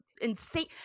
insane